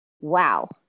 wow